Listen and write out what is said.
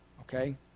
okay